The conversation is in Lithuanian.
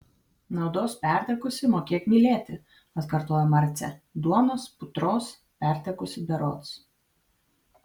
naudos pertekusi mokėk mylėti atkartojo marcė duonos putros pertekusi berods